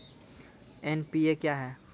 NPA क्या हैं?